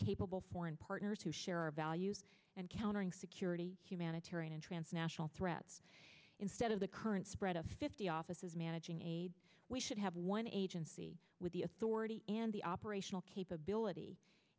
capable foreign partners who share our values and countering security humanitarian and transnational threats instead of the current spread of fifty offices managing aid we should have one agency with the authority and the operational capability